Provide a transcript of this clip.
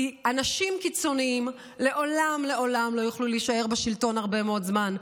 כי אנשים קיצוניים לעולם לעולם לא יוכלו להישאר בשלטון הרבה מאוד זמן.